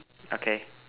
okay